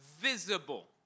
visible